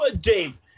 Dave